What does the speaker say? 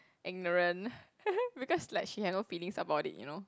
ignorant because like she had no feelings about it you know